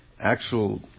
actual